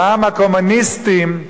גם הקומוניסטים,